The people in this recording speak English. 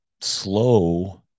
slow